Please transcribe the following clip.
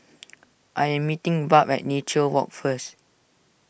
I am meeting Barb at Nature Walk first